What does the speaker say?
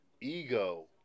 ego